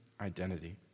identity